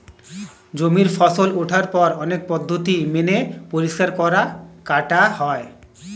জমিতে ফসল ওঠার পর অনেক পদ্ধতি মেনে পরিষ্কার করা, কাটা হয়